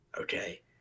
okay